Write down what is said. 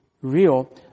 real